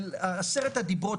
של עשרת הדיברות,